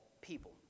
people